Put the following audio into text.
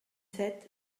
sept